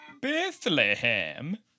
Bethlehem